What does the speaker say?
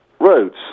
roads